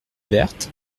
vertes